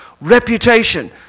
reputation